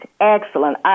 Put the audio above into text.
excellent